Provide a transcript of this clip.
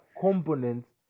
components